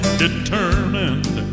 determined